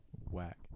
whack